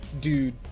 Dude